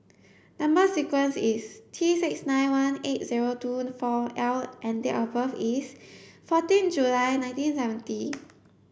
number sequence is T six nine one eight zero two four L and date of birth is fourteen July nineteen seventy